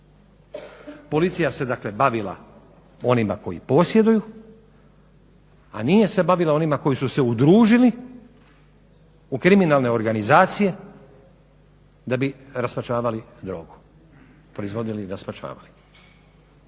Policija se dakle bavila onima koji posjeduju, a nije se bavila onima koji su se udružili u kriminalne organizacije da bi rasparčavali drogu,